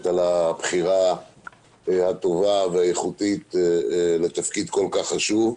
על הבחירה הטובה והאיכותית לתפקיד כל כך חשוב.